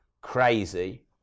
crazy